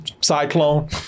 Cyclone